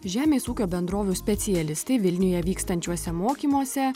žemės ūkio bendrovių specialistai vilniuje vykstančiuose mokymuose